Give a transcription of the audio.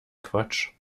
quatsch